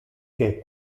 che